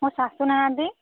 ମୋ ଶାଶୁ ନାହାଁନ୍ତି